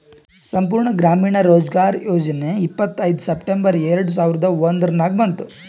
ಸಂಪೂರ್ಣ ಗ್ರಾಮೀಣ ರೋಜ್ಗಾರ್ ಯೋಜನಾ ಇಪ್ಪತ್ಐಯ್ದ ಸೆಪ್ಟೆಂಬರ್ ಎರೆಡ ಸಾವಿರದ ಒಂದುರ್ನಾಗ ಬಂತು